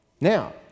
Now